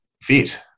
fit